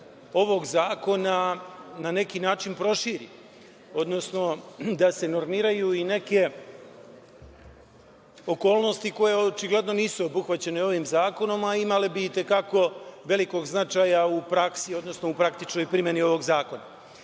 ovog zakona na neki način proširi, odnosno da se normiraju i neke okolnosti koje očigledno nisu obuhvaćene ovim zakonom, a imale bi i te kako velikog značaja u praksi, odnosno u praktičnoj primeni ovog zakona. Pre